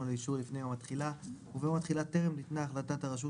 או מייל שאנחנו יודעים שצריכים לחזור